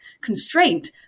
constraint